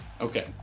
Okay